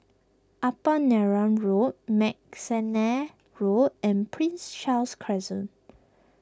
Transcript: Upper Neram Road McNair Road and Prince Charles Crescent